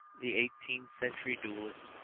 the eighteenth-century duellist,